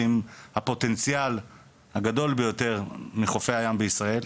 ועם הפוטנציאל הגדול ביותר מחופי הים בישראל.